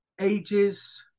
ages